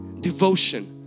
devotion